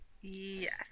Yes